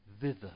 thither